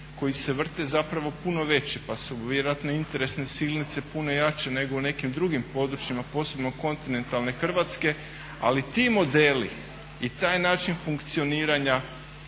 koji se vrte zapravo puno veći, pa su vjerojatno interesne … puno jače nego u nekim drugim područjima, posebno kontinentalne Hrvatske. Ali ti modeli i taj način funkcioniranja